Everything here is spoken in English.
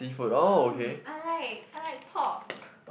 um I like I like pork